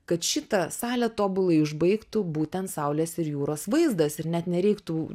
kad šitą salę tobulai užbaigtų būtent saulės ir jūros vaizdas ir net nereiktų